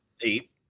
Eight